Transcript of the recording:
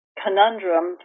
conundrum